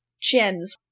gems